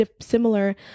similar